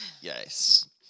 Yes